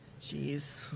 Jeez